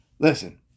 Listen